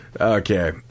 okay